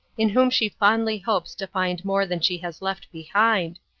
in whom she fondly hopes to find more than she has left behind,